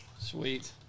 Sweet